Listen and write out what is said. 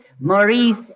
Maurice